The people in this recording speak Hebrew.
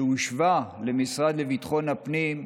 שהושבה למשרד לביטחון הפנים,